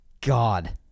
God